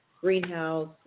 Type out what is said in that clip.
greenhouse